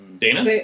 Dana